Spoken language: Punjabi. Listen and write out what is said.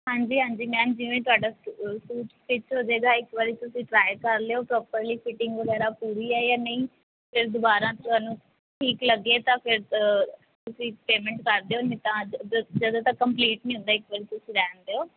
ਹਾਂਜੀ ਹਾਂਜੀ ਮੈਮ ਜਿਵੇਂ ਤੁਹਾਡਾ ਸੂਟ ਸਟਿੱਚ ਹੋ ਜਾਵੇਗਾ ਇੱਕ ਵਾਰ ਤੁਸੀਂ ਟਰਾਈ ਕਰ ਲਿਓ ਪ੍ਰੋਪਰਲੀ ਫਿਟਿੰਗ ਵਗੈਰਾ ਪੂਰੀ ਹੈ ਜਾਂ ਨਹੀਂ ਫਿਰ ਦੁਬਾਰਾ ਤੁਹਾਨੂੰ ਠੀਕ ਲੱਗੇ ਤਾਂ ਫਿਰ ਤੁਸੀਂ ਪੇਮੈਂਟ ਕਰ ਦਿਓ ਨਹੀਂ ਤਾਂ ਜ ਜਦੋਂ ਤੱਕ ਕੰਪਲੀਟ ਨਹੀਂ ਹੁੰਦਾ ਇੱਕ ਵਾਰ ਤੁਸੀਂ ਰਹਿਣ ਦਿਓ